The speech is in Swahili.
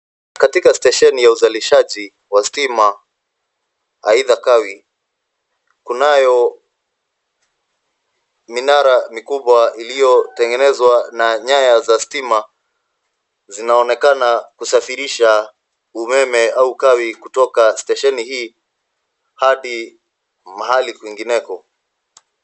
Katika stesheni ya uzalishaji wa stima ,aidha kawi , kunayo minara mikubwa iliyotengenezwa na nyaya za stima zinaonekana kusafirisha umeme au kawi kutoka stesheni hii hadi mahali kwingineko.